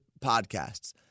podcasts